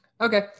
okay